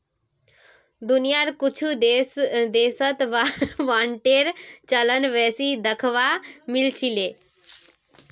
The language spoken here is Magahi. दुनियार कुछु देशत वार बांडेर चलन बेसी दखवा मिल छिले